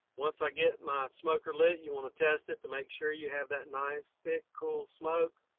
once i get my smoker lit you want to test it to make sure you have that nice thick cool smoke.